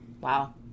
Wow